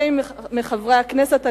40 מחברי הכנסת.